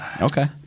Okay